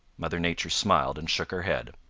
mother nature smiled and shook her head.